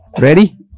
Ready